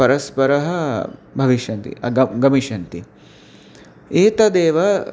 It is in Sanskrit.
परस्परं भविष्यन्ति गायति गमिष्यन्ति एतदेव